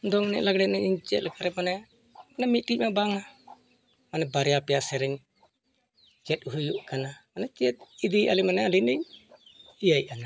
ᱫᱚᱝ ᱮᱱᱮᱡ ᱞᱟᱜᱽᱲᱮ ᱪᱮᱫ ᱞᱮᱠᱟ ᱨᱮ ᱢᱟᱱᱮ ᱢᱤᱫᱴᱤᱡᱢᱟ ᱵᱟᱝ ᱚᱱᱮ ᱵᱟᱨᱭᱟ ᱯᱮᱭᱟ ᱥᱮᱨᱮᱧ ᱪᱮᱫ ᱦᱩᱭᱩᱜ ᱠᱟᱱᱟ ᱢᱟᱱᱮ ᱪᱮᱫ ᱤᱫᱤᱭᱮᱜᱼᱟ ᱞᱮ ᱢᱟᱱᱮ ᱟᱹᱞᱤᱧ ᱞᱤᱧ ᱤᱭᱟᱹ ᱟᱜ ᱱᱟᱦᱟᱜ